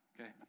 Okay